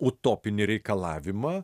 utopinį reikalavimą